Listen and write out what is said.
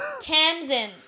Tamsin